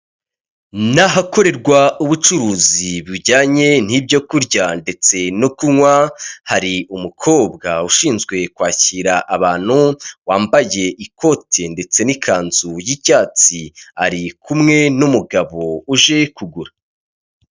Ni ahakorerwa ubucuruzi bujyanye n'ibyo kurya ndetse no kunywa, hari umukobwa ushinzwe kwakira abantu, wambaye ikoti ndetse n'ikanzu y'icyatsi ari kumwe n'umugabo uje kugura.